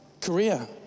Korea